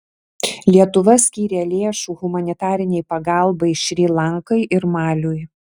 lietuva skyrė lėšų humanitarinei pagalbai šri lankai ir maliui